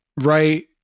right